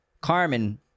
Carmen